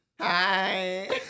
Hi